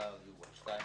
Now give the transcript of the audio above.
השר יובל שטייניץ,